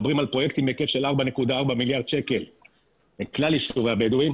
מדברים על פרויקטים בהיקף של 4.4 מיליארד שקל על כלל יישובי הבדואים.